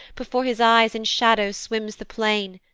before his eyes in shadows swims the plain,